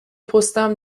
پستم